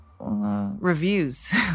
reviews